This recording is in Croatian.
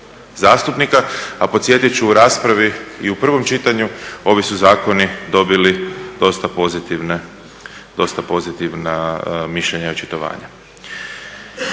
zastupnika. A podsjetit ću u raspravi i u prvom čitanju ovi su zakoni dobili dosta pozitivna mišljenja i očitovanja.